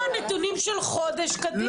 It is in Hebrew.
לא, נתונים של חודש קדימה.